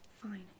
Fine